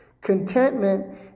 Contentment